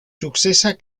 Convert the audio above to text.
sukcesa